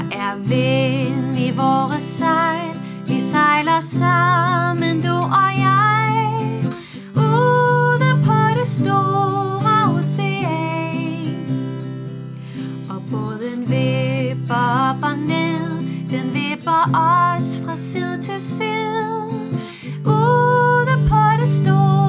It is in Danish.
Er vind i vores sejl. Vi sejler sammen, du og jeg. Ude på det store ocean. Og båden vipper op og ned. Den vipper os fra side til side. Ude på det store